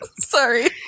Sorry